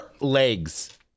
legs